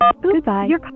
Goodbye